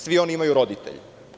Svi oni imaju roditelje.